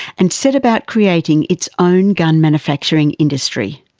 and set about creating its own gun manufacturing industry.